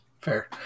Fair